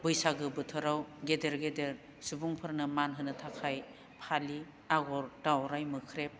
बैसागो बोथोराव गेदेर गेदर सुबुंफोरनो मान होनो थाखाय फालि आगर दावराइ मोख्रेब